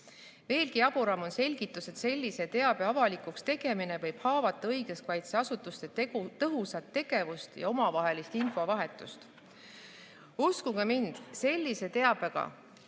Veelgi jaburam on selgitus, et sellise teabe avalikuks tegemine võib haavata õiguskaitseasutuste tõhusat tegevust ja omavahelist infovahetust. Uskuge mind, sellise teabega